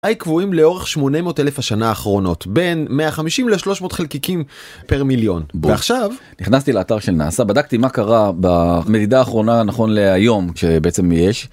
די קבועים לאורך 800 אלף השנה האחרונות בין 150 ל 300 חלקיקים פר מיליון, ועכשיו נכנסתי לאתר של נאס"א בדקתי מה קרה במדידה האחרונה נכון להיום שבעצם יש.